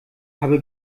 habe